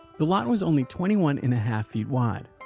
the lot was only twenty one and a half feet wide.